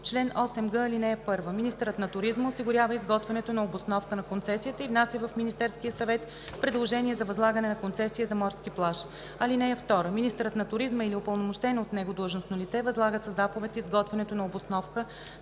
Чл. 8г. (1) Министърът на туризма осигурява изготвянето на обосновка на концесията и внася в Министерския съвет предложение за възлагане на концесия за морски плаж. (2) Министърът на туризма или упълномощено от него длъжностно лице възлага със заповед изготвянето на обосновка